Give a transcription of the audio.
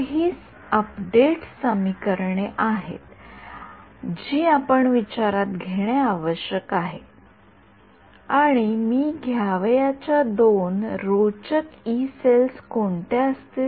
तर ही अपडेट समीकरणे आहेत जी आपण विचारात घेणे आवश्यक आहे आणि मी घ्यावयाच्या दोन रोचक यी सेल्स कोणत्या असतील